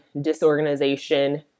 disorganization